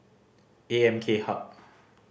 A M K Hub